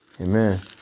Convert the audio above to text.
Amen